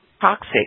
toxic